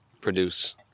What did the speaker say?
produce